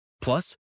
Plus